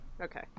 Okay